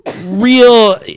real